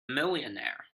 millionaire